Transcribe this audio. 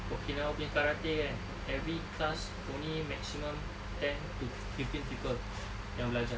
okinawa punya karate kan every class only maximum ten to fifteen people yang belajar